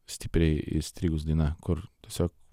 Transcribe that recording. stipriai įstrigus daina kur tiesiog